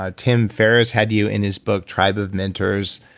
ah tim ferris had you in his book, tribe of mentors.